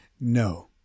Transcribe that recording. no